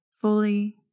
fully